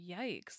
yikes